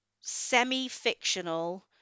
semi-fictional